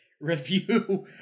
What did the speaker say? review